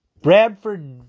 Bradford